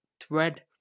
thread